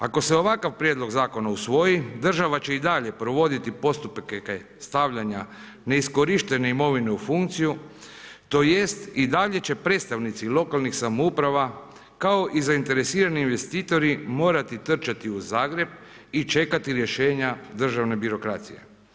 Ako se ovakav prijedlog zakona usvoji, država će i dalje provoditi postupke stavljanja neiskorištene imovine u funkciju, tj. i dalje će predstavnici lokalnih samouprava kao i zainteresirani investitori morati trčati u Zagreb i čekati rješenja državne birokracije.